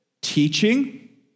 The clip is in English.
teaching